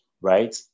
right